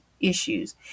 issues